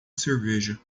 cerveja